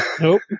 Nope